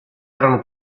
erano